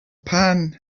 pan